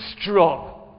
strong